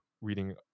reading